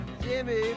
Jimmy